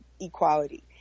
equality